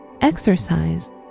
exercise